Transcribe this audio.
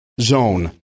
zone